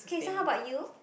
okay so how about you